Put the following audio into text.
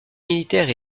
militaire